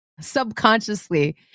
Subconsciously